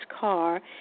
car